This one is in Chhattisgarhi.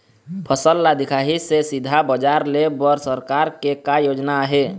फसल ला दिखाही से सीधा बजार लेय बर सरकार के का योजना आहे?